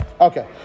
Okay